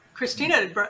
Christina